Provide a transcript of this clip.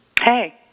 Hey